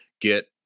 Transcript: get